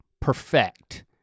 perfect